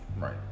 Right